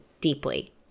deeply